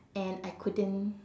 and I couldn't